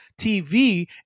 TV